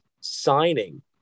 signing